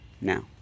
now